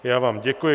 Já vám děkuji.